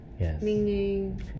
Meaning